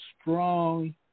strong